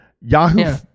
Yahoo